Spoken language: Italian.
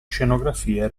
scenografie